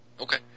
Okay